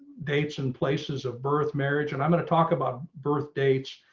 dates and places of birth, marriage, and i'm going to talk about birth dates,